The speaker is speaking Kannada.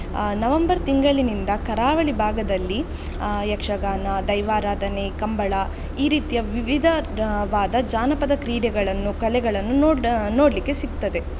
ನವೆಂಬರ್ ತಿಂಗಳಿನಿಂದ ಕರಾವಳಿ ಭಾಗದಲ್ಲಿ ಯಕ್ಷಗಾನ ದೈವಾರಾಧನೆ ಕಂಬಳ ಈ ರೀತಿಯ ವಿವಿಧವಾದ ಜಾನಪದ ಕ್ರೀಡೆಗಳನ್ನು ಕಲೆಗಳನ್ನು ನೋಡ ನೋಡಲಿಕ್ಕೆ ಸಿಕ್ತದೆ